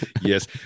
yes